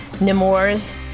Nemours